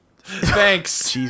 Thanks